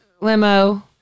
limo